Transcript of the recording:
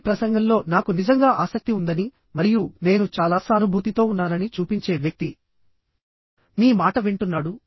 మీ ప్రసంగంలో నాకు నిజంగా ఆసక్తి ఉందని మరియు నేను చాలా సానుభూతితో ఉన్నానని చూపించే వ్యక్తి మీ మాట వింటున్నాడు